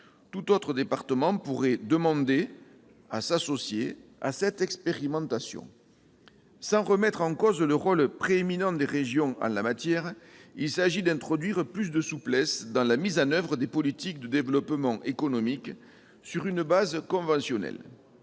Tout autre département pourrait demander à s'associer à cette expérimentation. Sans remettre en cause le rôle prééminent des régions en la matière, il s'agit d'introduire plus de souplesse dans la mise en oeuvre des politiques de développement économique, sur une base conventionnelle.